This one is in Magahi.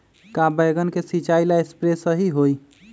का बैगन के सिचाई ला सप्रे सही होई?